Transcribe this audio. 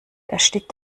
erstickt